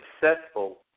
successful